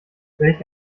welch